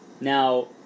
Now